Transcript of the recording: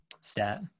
Stat